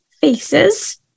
faces